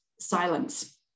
silence